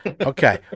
Okay